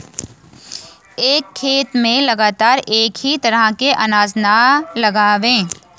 एक खेत में लगातार एक ही तरह के अनाज न लगावें